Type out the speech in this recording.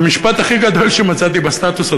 אבל המשפט הכי גדול שמצאתי בסטטוס,